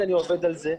אני עובד על זה.